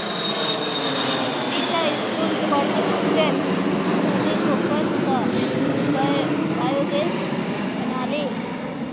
बेटा स्कूल प्रोजेक्टेर तने गोबर स बायोगैस बना ले